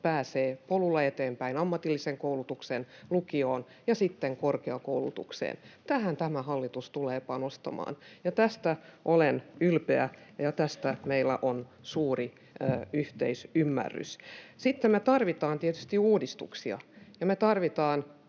pääsee polulla myös eteenpäin, ammatilliseen koulutukseen, lukioon ja sitten korkeakoulutukseen. Tähän tämä hallitus tulee panostamaan, ja tästä olen ylpeä, ja tästä meillä on suuri yhteisymmärrys. Sitten me tarvitaan tietysti uudistuksia,